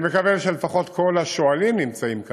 אני מקווה שלפחות כל השואלים נמצאים כאן,